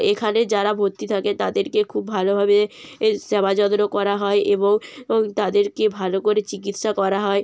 এখানে যারা ভর্তি থাকে তাদেরকে খুব ভালোভাবে এ সেবা যত্ন করা হয় এবং অং তাদেরকে ভালো করে চিকিৎসা করা হয়